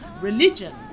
religion